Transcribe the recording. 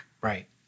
Right